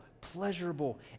pleasurable